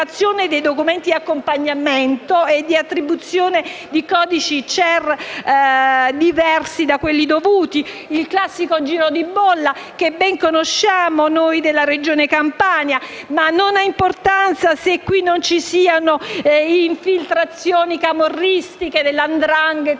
il classico giro di bolla che ben conosciamo noi della Regione Campania. Non ha importanza che qui non ci siano infiltrazioni camorristiche, della 'ndrangheta